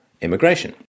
immigration